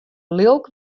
lilk